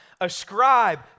Ascribe